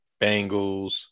Bengals